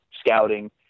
scouting